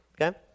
Okay